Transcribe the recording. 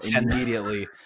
immediately